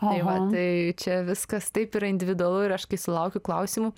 tai va tai čia viskas taip yra individualu ir aš kai sulaukiu klausimų